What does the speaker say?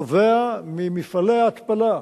נובע ממפעלי ההתפלה.